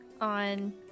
On